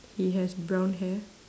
he has brown hair